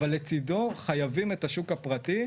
אבל לצידו חייבים את השוק הפרטי,